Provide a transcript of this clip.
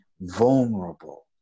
vulnerable